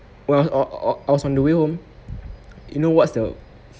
well I I I was on the way home you know what's the